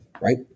right